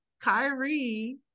Kyrie